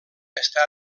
està